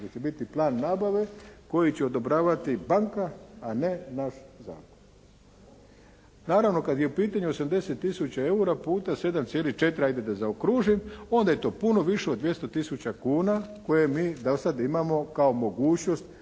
nego će biti plan nabave koji će odobravati banka a ne naš zakon. Naravno kad je u pitanju 80 tisuća eura puta 7,4 'ajde da zaokružim, onda je to puno više od 200 tisuća kuna koje mi zasad imamo kao mogućnost